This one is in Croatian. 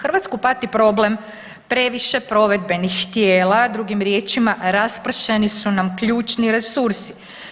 Hrvatsku pati problem previše provedbenih tijela, drugim riječima raspršeni su nam ključni resursi.